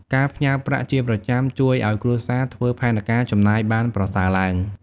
ការផ្ញើប្រាក់ជាប្រចាំជួយឱ្យគ្រួសារធ្វើផែនការចំណាយបានប្រសើរឡើង។